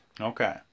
Okay